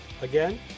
again